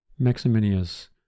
Maximinius